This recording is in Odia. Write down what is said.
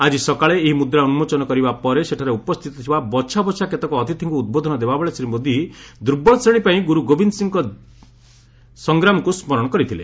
ଆଜି ସକାଳେ ଏହି ମୁଦ୍ରା ଉନ୍ମୋଚନ କରିବା ପରେ ସେଠାରେ ଉପସ୍ଥିତ ଥିବା ବଛା ବଛା କେତେକ ଅତିଥିଙ୍କୁ ଉଦ୍ବୋଧନ ଦେବାବେଳେ ଶ୍ରୀ ମୋଦି ଦୁର୍ବଳ ଶ୍ରେଣୀ ପାଇଁ ଗୁରୁ ଗୋବିନ୍ଦ ସିଂହ ଜୀଙ୍କ ସଂଗ୍ରାମକୁ ସ୍ମରଣ କରିଥିଲେ